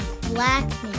blackness